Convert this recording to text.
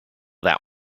that